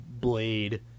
Blade